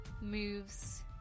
moves